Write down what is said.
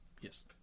Yes